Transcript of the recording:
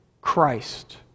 Christ